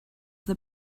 that